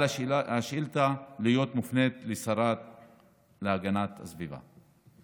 על השאילתה להיות מופנית לשרה להגנת הסביבה.